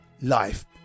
life